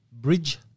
bridge